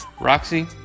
Roxy